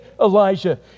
Elijah